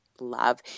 Love